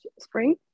spring